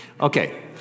Okay